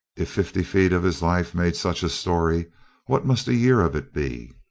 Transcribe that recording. if fifty feet of his life made such a story what must a year of it be?